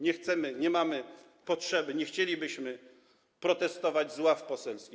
Nie chcemy, nie mamy potrzeby, nie chcielibyśmy protestować z ław poselskich.